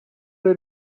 they